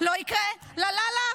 לא יקרה ------- לה לה לה,